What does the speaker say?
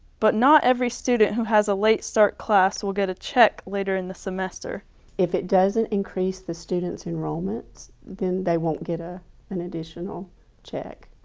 but not every student who has a late start class will get a check later in the semester if it doesn't increase the student's enrollment. then they won't get ah an additional check.